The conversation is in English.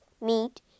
meat